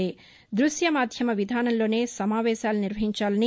ధృశ్యమాధ్యమ విధానంలోనే సమావేశాలు నిర్వహించాలని